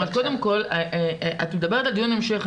את מדברת על דיון המשך,